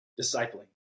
discipling